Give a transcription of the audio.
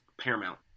Paramount